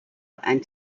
and